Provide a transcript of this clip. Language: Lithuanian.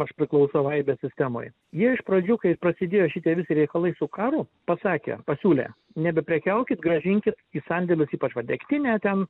aš priklausau aibės sistemoj jie iš pradžių kai prasidėjo šitie visi reikalai su karu pasakė pasiūlė nebeprekiaukit grąžinkit į sandėlius ypač va degtinė ten